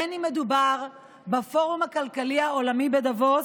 בין שמדובר בפורום הכלכלי העולמי בדאבוס,